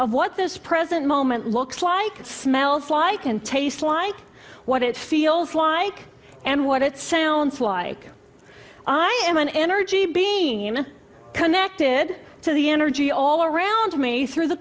of what this present moment looks like smells like and taste like what it feels like and what it sounds like i am an energy being connected to the energy all around me through the